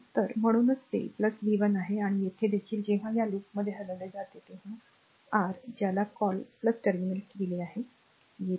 तर म्हणूनच ते v 1 आहे आणि येथे देखील जेव्हा या लूपमध्ये हलवले जाते तेव्हा r ज्याला कॉल टर्मिनल येत आहे